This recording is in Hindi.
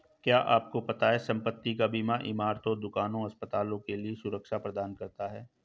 क्या आपको पता है संपत्ति का बीमा इमारतों, दुकानों, अस्पतालों के लिए सुरक्षा प्रदान करता है?